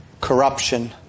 corruption